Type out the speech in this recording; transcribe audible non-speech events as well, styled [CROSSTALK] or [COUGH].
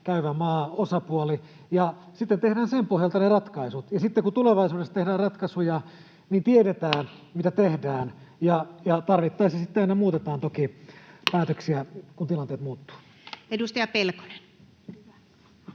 käyvä maa, osapuoli, ja sitten tehdään sen pohjalta ne ratkaisut. Ja sitten kun tulevaisuudessa tehdään ratkaisuja, niin tiedetään, [NOISE] mitä tehdään, ja tarvittaessa sitten aina muutetaan toki päätöksiä, [NOISE] kun tilanteet muuttuvat. Edustaja Pelkonen.